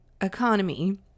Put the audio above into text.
economy